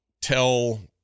tell